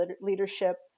leadership